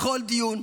בכל דיון,